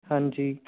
ਹਾਂਜੀ